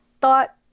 thought